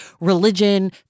religion